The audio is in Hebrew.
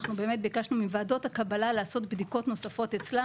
אנחנו באמת ביקשנו מוועדות הקבלה לעשות בדיקות נוספות אצלם